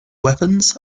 weapons